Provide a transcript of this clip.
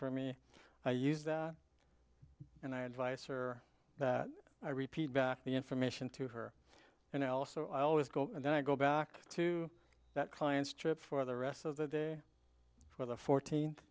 for me i used and i advice or i repeat back the information to her and also i always go and then i go back to that client's trip for the rest of the day for the fourteenth